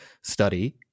study